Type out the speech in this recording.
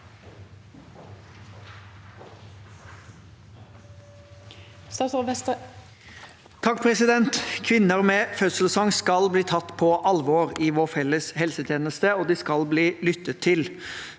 Kvinner med fødselsangst skal bli tatt på alvor i vår felles helsetjeneste, og de skal bli lyttet til.